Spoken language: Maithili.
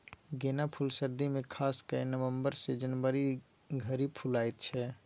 गेना फुल सर्दी मे खास कए नबंबर सँ जनवरी धरि फुलाएत छै